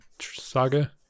saga